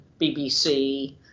bbc